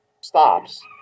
stops